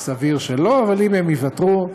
סביר שלא, אבל אם הן ייוותרו,